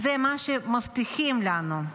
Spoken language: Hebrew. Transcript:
זה מה שמבטיחים לנו,